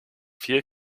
vier